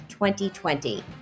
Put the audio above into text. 2020